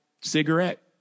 cigarette